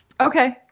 Okay